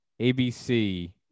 ABC